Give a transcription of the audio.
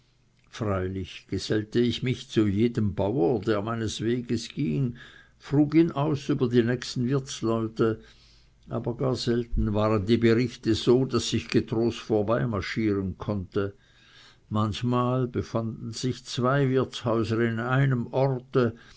freilich gesellte ich mich zu jedem bauer der meines weges ging frug ihn aus über die nächsten wirtsleute aber gar selten waren die berichte so daß ich getrost vorbei marschieren konnte manchmal befanden sich zwei wirtshäuser in einem orte